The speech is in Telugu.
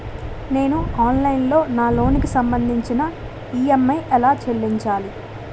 నేను ఆన్లైన్ లో నా లోన్ కి సంభందించి ఈ.ఎం.ఐ ఎలా చెల్లించాలి?